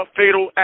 fatal